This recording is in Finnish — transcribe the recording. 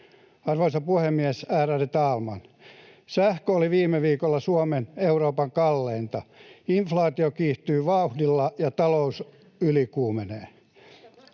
Arvoisa puhemies, ärade talman! Sähkö oli viime viikolla Suomessa Euroopan kalleinta. Inflaatio kiihtyy vauhdilla, ja talous ylikuumenee.